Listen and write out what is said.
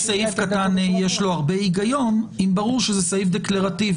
סעיף קטן (ה) יש בו הרבה היגיון אם ברור שזה סעיף דקלרטיבי,